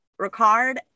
ricard